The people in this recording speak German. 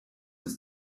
des